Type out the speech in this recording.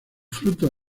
frutos